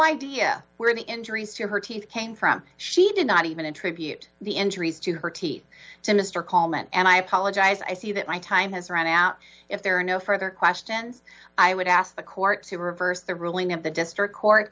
idea where the injuries to her teeth came from she did not even attribute the injuries to her teeth to mr coleman and i apologize i see that my time has run out if there are no further questions i would ask the court to reverse the ruling of the district court